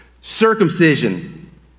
circumcision